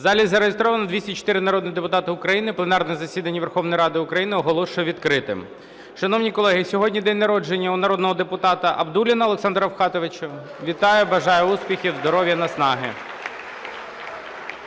У залі зареєстровано 204 народні депутати України. Пленарне засідання Верховної Ради України оголошую відкритим. Шановні колеги, сьогодні день народження у народного депутата Абдулліна Олександра Рафкатовича. Вітаю! Бажаю успіхів, здоров'я, наснаги!